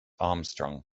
armstrong